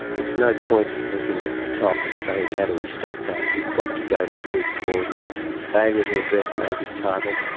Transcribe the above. it's no point in looking at the top and saying, how do we stop that? you've got to go to the root causes, and the failure to address native title,